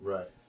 Right